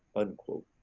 unquote.